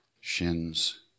shins